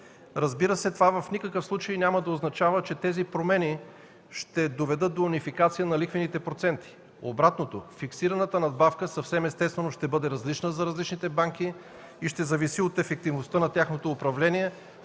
Разбира се, това в никакъв случай няма да означава, че тези промени ще доведат до унификация на лихвените проценти. Обратното, фиксираната надбавка, съвсем естествено ще бъде различна за различните банки и ще зависи от ефективността на тяхното управление,